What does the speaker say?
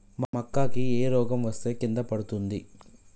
మక్కా కి ఏ రోగం వస్తే కింద పడుతుంది?